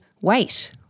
wait